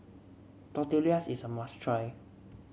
tortillas is a must try